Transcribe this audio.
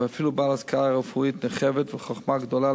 אפילו בעל השכלה רפואית נרחבת וחוכמה גדולה,